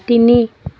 তিনি